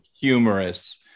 humorous